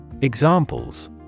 Examples